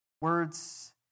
Words